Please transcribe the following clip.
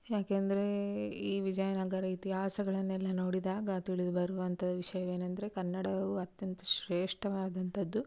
ಯಾಕಂದ್ರೆ ಈ ವಿಜಯನಗರ ಇತಿಹಾಸಗಳನ್ನೆಲ್ಲ ನೋಡಿದಾಗ ತಿಳಿದು ಬರುವಂಥ ವಿಷಯವೇನಂದರೆ ಕನ್ನಡವೂ ಅತ್ಯಂತ ಶ್ರೇಷ್ಠವಾದಂಥದ್ದು